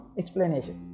explanation